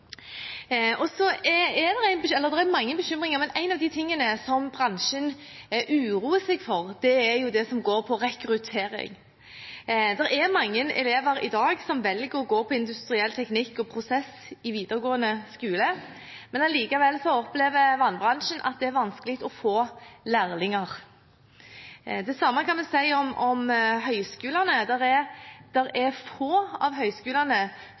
er mange bekymringer her, men en av de tingene som bransjen uroer seg for, er det som handler om rekruttering. Det er mange elever i dag som velger å gå på industriell teknikk og prosess i videregående skole, men likevel opplever vannbransjen at det er vanskelig å få lærlinger. Det samme kan man si om høyskolene. Det er få høgskoler som i sin ingeniørutdanning velger å satse på vannrelaterte fag. Det er